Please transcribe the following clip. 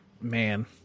man